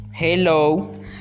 hello